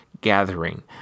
gathering